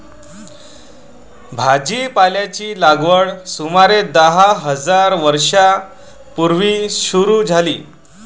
भाजीपाल्याची लागवड सुमारे दहा हजार वर्षां पूर्वी सुरू झाली